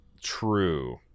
True